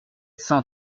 cent